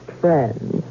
friends